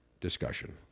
discussion